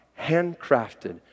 handcrafted